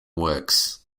works